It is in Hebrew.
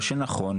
או שנכון,